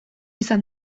izan